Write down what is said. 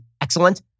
excellent